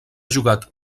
jugat